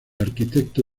arquitecto